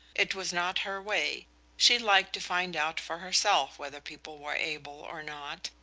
it was not her way she liked to find out for herself whether people were able or not,